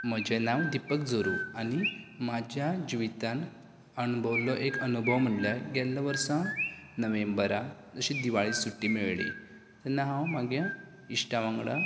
म्हजें नांव दिपक झोरू आनी म्हाज्या जिवितांत अणभवल्लो एक अनुभव म्हणल्यार गेल्ले वर्सा नोव्हेंबरांत अशीच दिवाळी सुटी मेळ्ळी तेन्ना हांव म्हगे इश्टा वांगडा